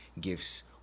gifts